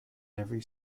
every